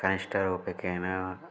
कनिष्टरूप्यकाणि